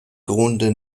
grunde